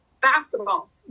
basketball